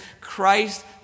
Christ